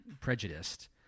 prejudiced